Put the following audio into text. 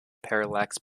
parallax